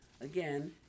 Again